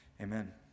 Amen